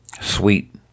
sweet